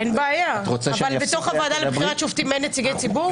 אין בעיה אבל בתוך הוועדה לבחירת שופטים אין נציגי ציבור?